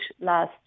last